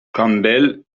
campbell